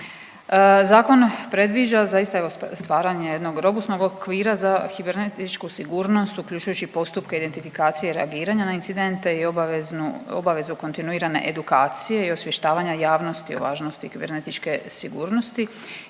Zakon predviđa, zaista evo, stvaranje jednog robusnog okvira za kibernetičku sigurnost, uključujući postupke identifikacije reagiranja na incidente i obavezu kontinuirane edukacije i osvještavanja javnosti o važnosti kibernetičke sigurnosti